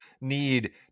need